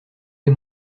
les